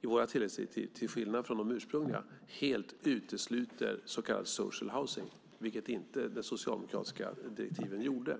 i våra till-läggsdirektiv, till skillnad från de ursprungliga, helt utesluter så kallad social housing , vilket inte de socialdemokratiska direktiven gjorde.